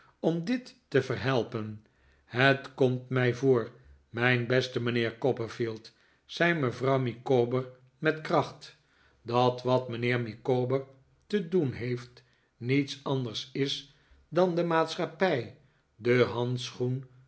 om dit te verhelpen het komt mij voor mijn beste mijnheer copperfield zei mevrouw micawber met kracht dat wat mijnheer micawber te doen heeft niets anders is dan de maatschappij den handschoen